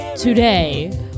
Today